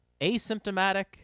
asymptomatic